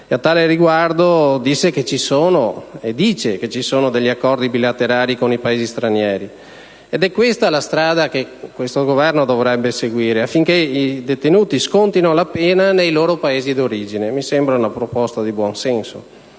A tale riguardo disse e dice che ci sono degli accordi bilaterali con i Paesi stranieri ed è questa la strada che il Governo dovrebbe seguire affinché i detenuti scontino la pena nei loro Paesi d'origine. Mi sembra una proposta di buon senso.